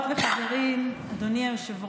גם לא היה הפער שקיים היום.